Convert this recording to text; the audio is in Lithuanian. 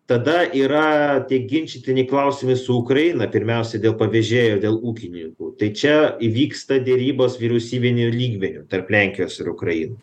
tada yra tie ginčytini klausimai su ukraina pirmiausia dėl pavėžėjo dėl ūkininkų tai čia įvyksta derybos vyriausybiniu lygmeniu tarp lenkijos ir ukrainos